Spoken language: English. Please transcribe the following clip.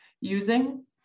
using